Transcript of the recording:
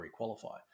requalify